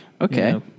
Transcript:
Okay